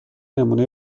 نمونهی